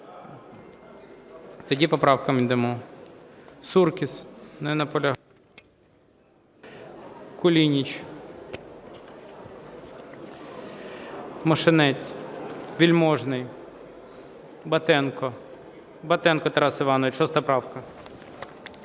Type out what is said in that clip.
Тоді по правкам йдемо.